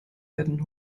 werden